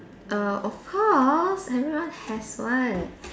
err of course everyone has one